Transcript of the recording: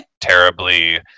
terribly